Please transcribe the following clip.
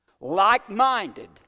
like-minded